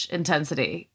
intensity